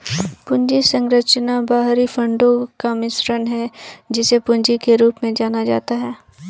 पूंजी संरचना बाहरी फंडों का मिश्रण है, जिसे पूंजी के रूप में जाना जाता है